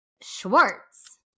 Schwartz